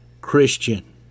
Christian